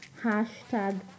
hashtag